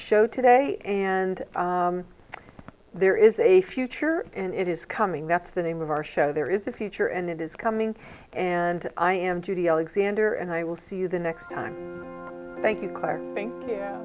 show today and there is a future and it is coming that's the name of our show there is a future and it is coming and i am judy alexander and i will see you the next time